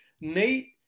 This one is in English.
Nate